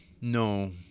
No